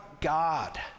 God